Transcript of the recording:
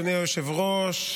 אדוני היושב-ראש,